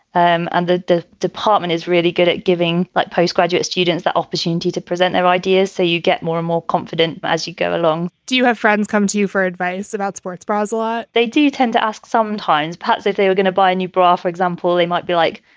um and the the department is really good at giving like postgraduate students the opportunity to present their ideas so you get more and more confident as you go along do you have friends come to you for advice about sports bras law? they do tend to ask sometimes. perhaps if they were gonna buy a new bra, for example, they might be like,